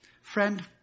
friend